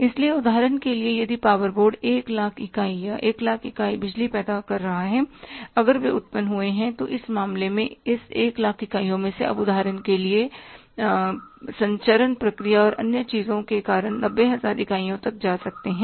इसलिए उदाहरण के लिए यदि पावर बोर्ड १ लाख इकाई या १००००० इकाई बिजली पैदा कर रहा है अगर वे उत्पन्न हुए हैं तो इस मामले में इस एक लाख इकाइयों में से अब उदाहरण के तौर पर संचरण प्रक्रिया और अन्य चीजों के कारण 90000 इकाइयों तक जा रहे हैं